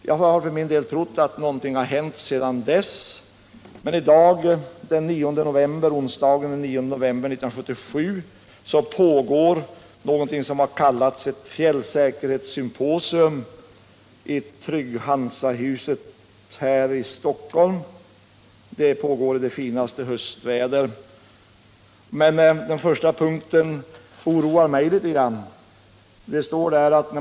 Jag har för min del trott att någonting hänt sedan dess, men i dag, den 9 november 1977, började ett fjällsäkerhetssymposium i Trygg-Hansahuset i Stockholm, i det finaste höstväder. Den första punkten på dagordningen oroar mig.